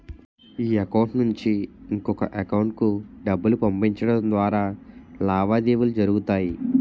ఈ అకౌంట్ నుంచి ఇంకొక ఎకౌంటుకు డబ్బులు పంపించడం ద్వారా లావాదేవీలు జరుగుతాయి